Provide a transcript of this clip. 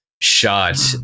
shot